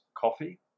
Coffee